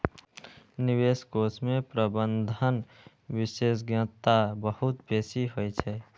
निवेश कोष मे प्रबंधन विशेषज्ञता बहुत बेसी होइ छै